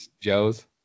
Joes